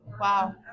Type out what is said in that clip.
wow